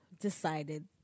decided